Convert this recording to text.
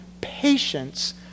patience